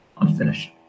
unfinished